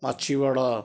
Machhiwara